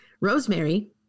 Rosemary